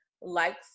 likes